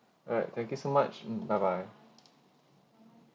alright thank you so much mm bye bye